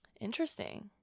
Interesting